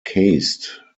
caste